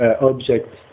object